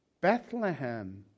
Bethlehem